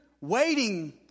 waiting